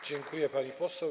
Dziękuję, pani poseł.